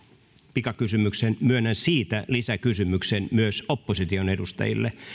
pikakysymyksen myönnän siitä lisäkysymyksen myös opposition edustajille